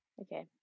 Okay